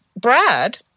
Brad